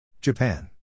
Japan